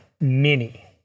mini